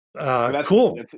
Cool